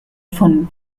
von